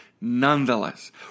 Nonetheless